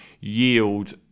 yield